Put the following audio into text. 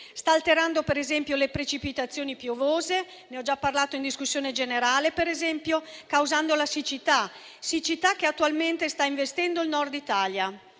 sta alterando per esempio le precipitazioni piovose - ne ho già parlato in discussione generale - causando la siccità che attualmente sta investendo il Nord Italia,